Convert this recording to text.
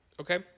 Okay